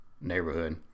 neighborhood